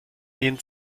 gehen